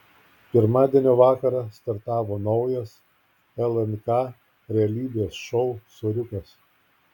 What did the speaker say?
pirmadienio vakarą startavo naujas lnk realybės šou soriukas